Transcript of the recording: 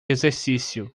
exercício